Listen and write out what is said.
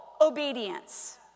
obedience